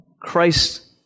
Christ